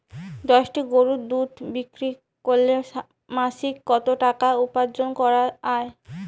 দশটি গরুর দুধ বিক্রি করে মাসিক কত টাকা উপার্জন করা য়ায়?